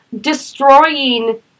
destroying